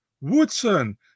Woodson